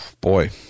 boy